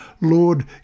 Lord